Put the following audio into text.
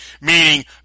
Meaning